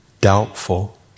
Doubtful